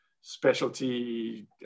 specialty